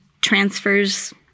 transfers